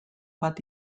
bat